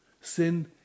Sin